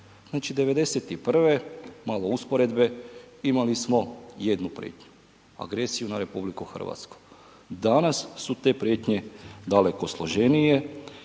Znači, '91., malo usporedbe, imali smo jednu prijetnju, agresiju na RH. Danas su te prijetnje daleko složenije